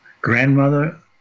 grandmother